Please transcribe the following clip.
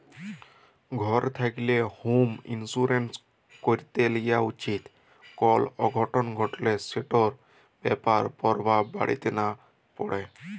ঘর থ্যাকলে হম ইলসুরেলস ক্যরে লিয়া উচিত যাতে কল অঘটল ঘটলে সেটর খারাপ পরভাব বাড়িতে লা প্যড়ে